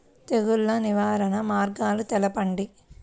తెగులు నివారణ మార్గాలు తెలపండి?